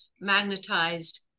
magnetized